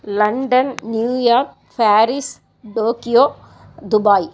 London New York Paris Tokyo Dubai